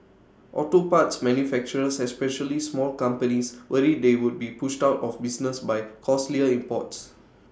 auto parts manufacturers especially small companies worry they would be pushed out of business by costlier imports